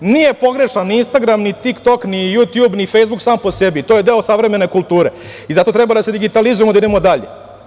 Nije pogrešan ni „Instagram“, ni „Tik-tok“, ni „Jutjub“, ni „Fejsbuk“ sam po sebi, to je deo savremene kulture i zato treba da se digitalizujemo i da idemo dalje.